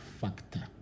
factor